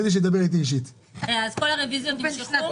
כל הרוויזיות נמשכו?